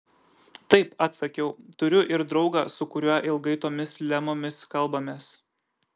taip atsakiau turiu ir draugą su kuriuo ilgai tomis lemomis kalbamės